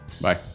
bye